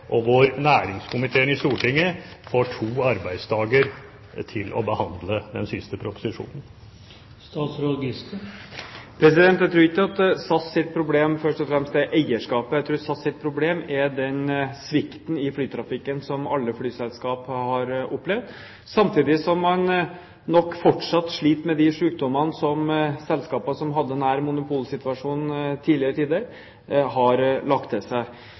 og hvor næringskomiteen i Stortinget får to arbeidsdager til å behandle den siste proposisjonen? Jeg tror ikke SAS’ problem først og fremst er eierskapet. Jeg tror SAS’ problem er den svikten i flytrafikken som alle flyselskap har opplevd, samtidig som man nok fortsatt sliter med de sykdommene som selskaper som hadde nær monopolsituasjon i tidligere tider, har lagt seg til.